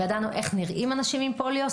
ידענו איך נראים אנשים עם פוליו.